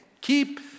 Keep